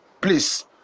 Please